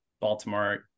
Baltimore